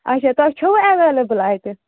اَچھا تۄہہِ چھُوٕ ایویلیبٔل اَتہِ